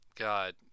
God